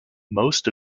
most